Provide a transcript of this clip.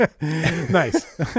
Nice